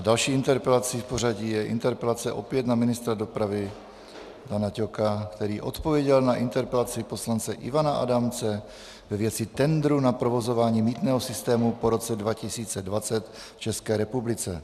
Další interpelací v pořadí je interpelace opět na ministra dopravy Dana Ťoka, který odpověděl na interpelaci poslance Ivana Adamce ve věci tendru na provozování mýtného systému po roce 2020 v České republice.